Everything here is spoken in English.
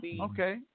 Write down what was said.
Okay